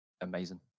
amazing